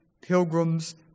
Pilgrim's